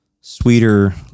sweeter